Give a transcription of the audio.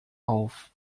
auf